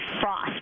frost